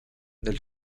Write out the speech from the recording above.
del